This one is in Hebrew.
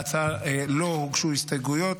להצעה לא הוגשו הסתייגויות,